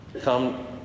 Come